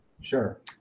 sure